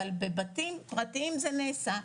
אבל בבתים פרטיים זה נעשה.